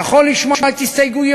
נכון לשמוע הסתייגויותינו,